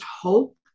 hope